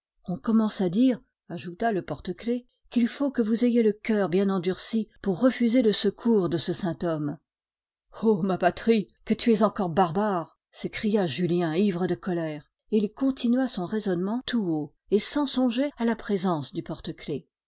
on commence à dire ajouta le porte-clefs qu'il faut que vous ayez le coeur bien endurci pour refuser le secours de ce saint homme o ma patrie que tu es encore barbare s'écria julien ivre de colère et il continua son raisonnement tout haut et sans songer à la présence du porte-clefs